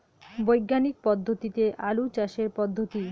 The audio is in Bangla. বিজ্ঞানিক পদ্ধতিতে আলু চাষের পদ্ধতি?